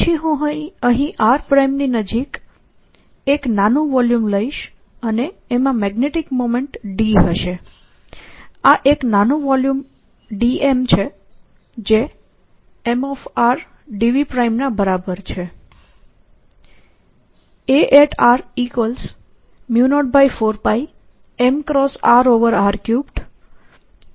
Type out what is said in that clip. પછી હું અહીં r પ્રાઇમની નજીક એક નાનું વોલ્યુમ લઈશ અને એમાં મેગ્નેટિક મોમેન્ટ d હશે આ એક નાનો વોલ્યુમ dm છે જે Mdv ના બરાબર છે